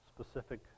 specific